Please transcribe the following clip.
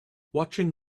watching